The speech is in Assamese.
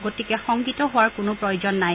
গতিকে সংকিত হোৱাৰ কোনো প্ৰয়োজন নাই